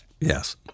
Yes